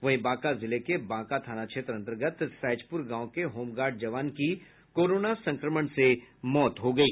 वहीं बांका जिले के बांका थाना क्षेत्र अन्तर्गत सैजपुर गांव के होमगार्ड जवान की कोरोना संक्रमण से मौत हो गयी